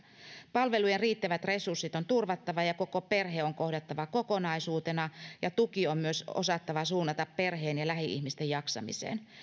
palvelujen riittävät resurssit on turvattava koko perhe on kohdattava kokonaisuutena ja tuki on osattava suunnata perheen ja lähi ihmisten jaksamiseen